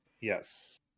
yes